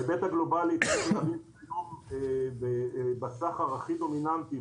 ההיבט הגלובלי --- היום בסחר הכי דומיננטי,